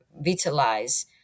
vitalize